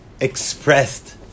expressed